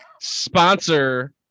Sponsor